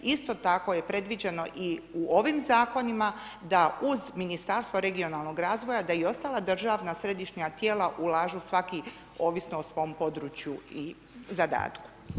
Isto tako je predviđeno i u ovim Zakonima da uz Ministarstvo regionalnog razvoja da i ostala državna središnja tijela ulažu svaki ovisno o svom području i zadatku.